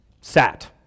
sat